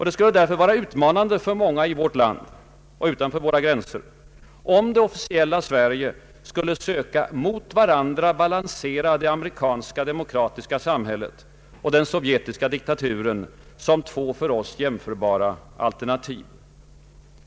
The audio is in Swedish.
Det skulle därför vara utmanande för många i vårt land och utanför våra gränser om det officiella Sverige skulle söka mot varandra balansera det amerikanska demokratiska samhället och den sovjetiska diktaturen som två för oss jämförbara alternativ.